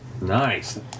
Nice